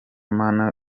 mana